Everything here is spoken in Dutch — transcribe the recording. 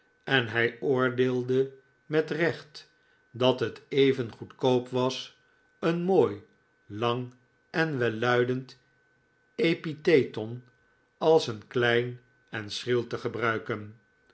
en hij oordeelde met recht dat het even goedkoop was een mooi lang en welluidend epitheton als een klein en schriel te gebruiken